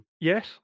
Yes